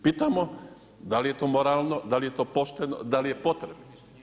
Pitamo da li je to moralno, da li je to pošteno, da li je potrebno?